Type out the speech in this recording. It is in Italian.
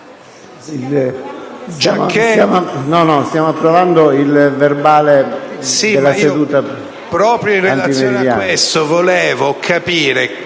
stiamo approvando il verbale della seduta antimeridiana